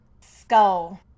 Skull